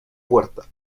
puerta